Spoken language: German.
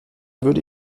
würde